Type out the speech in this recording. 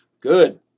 good